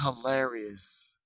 hilarious